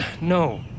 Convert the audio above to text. no